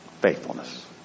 faithfulness